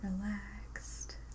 relaxed